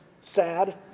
sad